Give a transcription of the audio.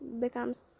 becomes